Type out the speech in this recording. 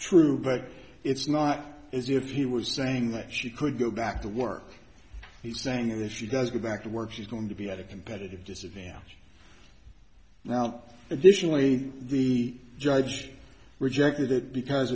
true but it's not as if he was saying that she could go back to work he's saying that she does go back to work she's going to be at a competitive disadvantage now additionally the judge rejected it because